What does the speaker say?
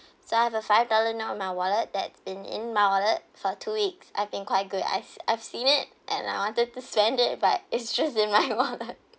so I have a five dollar note in my wallet that in in my wallet for two weeks I've been quite good I've I've seen it and I wanted to spend it but it just in my wallet